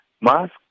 mask